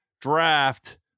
draft